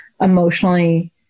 emotionally